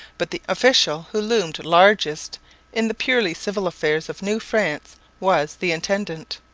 but the official who loomed largest in the purely civil affairs of new france was the intendant.